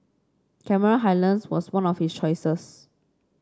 Cameron Highlands was one of his choices